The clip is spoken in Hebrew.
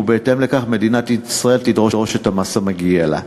ובהתאם לכך מדינת ישראל תדרוש את המס המגיע לה.